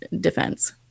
defense